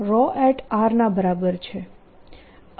E ના બરાબર છે અને